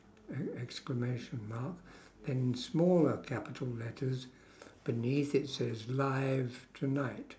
oh exclamation mark and smaller capital letters beneath it says live tonight